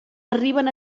arriben